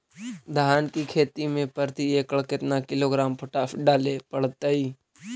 धान की खेती में प्रति एकड़ केतना किलोग्राम पोटास डाले पड़तई?